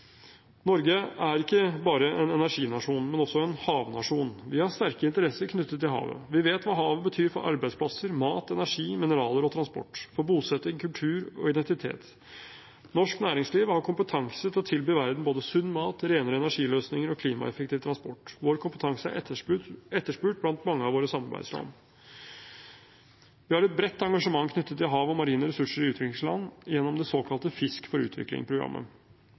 Norge er ikke bare en energinasjon, men også en havnasjon. Vi har sterke interesser knyttet til havet. Vi vet hva havet betyr for arbeidsplasser, mat, energi, mineraler og transport – for bosetting, kultur og identitet. Norsk næringsliv har kompetanse til å tilby verden både sunn mat, renere energiløsninger og klimaeffektiv transport. Vår kompetanse er etterspurt blant mange av våre samarbeidsland. Vi har et bredt engasjement knyttet til hav og marine ressurser i utviklingsland, gjennom det såkalte Fisk for